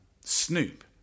Snoop